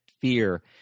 fear